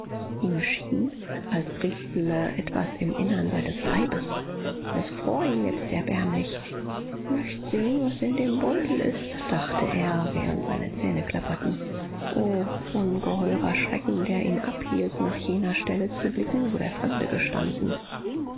ihm schien als riesle etwas im innern seines leibes es fror ihn jetzt erbärmlich möcht sehen was in dem beutel ist dachte er während seine zähne klapperten o ungeheurer schrecken der ihn abhielt nach jener stelle zu blicken wo der fremde gestanden